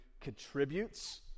contributes